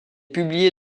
publié